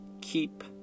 keep